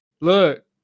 look